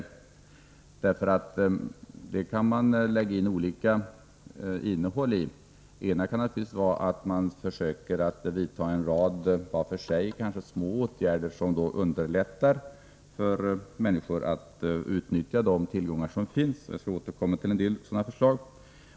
I de sociala målen kan man lägga in olika innehåll. Man kan exempelvis vidta många, var för sig kanske små, åtgärder som underlättar för människor att utnyttja de tillgångar som finns — jag skall återkomma till en del sådana förslag.